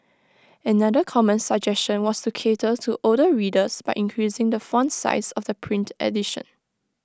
another common suggestion was to cater to older readers by increasing the font size of the print edition